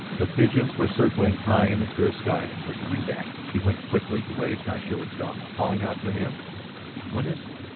the pigeons were circling high in the clear sky, were coming back. she went quickly the way ignacio had gone, calling out to him what is it?